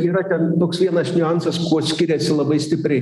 yra ten toks vienas niuansas kuo skiriasi labai stipriai